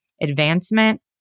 Advancement